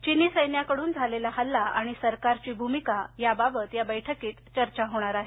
चीनी सैन्याकड्रन झालेला हल्ला आणि सरकारची भूमिका याबाबत या बैठकीत चर्चा होणार आहे